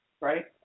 right